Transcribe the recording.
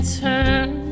turn